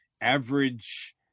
average